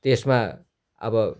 त्यसमा अब